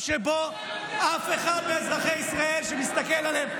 שבו אף אחד מאזרחי ישראל שמסתכל עליהם,